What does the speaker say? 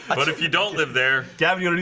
but if you don't live there yeah